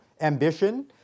ambition